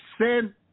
sin